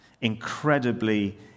incredibly